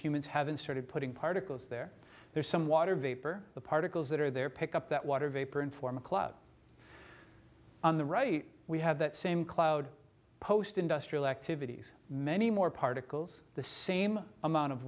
humans haven't started putting particles there there's some water vapor the particles that are there pick up that water vapor and form a club on the right we have that same cloud post industrial activities many more particles the same amount of